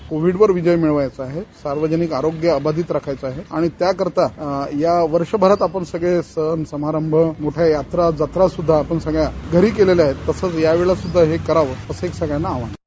आम्हाला कोव्हिडवर विजय मिळवायचा आहे सार्वजनिक आरोग्य अबाधित राखायचे आहे आणि त्याकरता या वर्षभरात आपण सगळे सण समारंभ मोठ्या यात्रा जत्रा स्द्धा घरी केलेले आहेत तसेच या वेळेला स्द्धा हे करावं असा एक सगळ्यांना आवाहन करतो